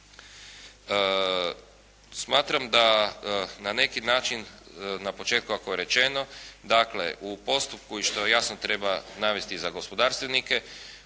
Smatram da na neki način, na početku ako je rečeno, dakle u postupku i što jasno treba navesti i za gospodarstvenike,